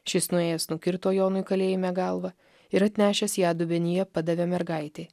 šis nuėjęs nukirto jonui kalėjime galvą ir atnešęs ją dubenyje padavė mergaitei